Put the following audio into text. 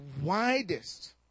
widest